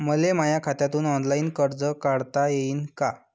मले माया खात्यातून ऑनलाईन कर्ज काढता येईन का?